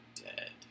dead